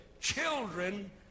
children